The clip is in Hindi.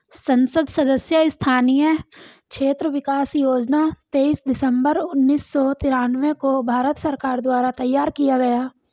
संसद सदस्य स्थानीय क्षेत्र विकास योजना तेईस दिसंबर उन्नीस सौ तिरान्बे को भारत सरकार द्वारा तैयार किया गया